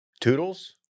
Toodles